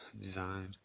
design